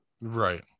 right